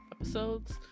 episodes